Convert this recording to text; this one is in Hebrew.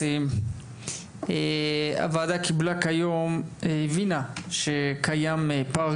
הוועדה הבינה שקיים פער גדול בין מספר ימי